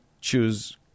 choose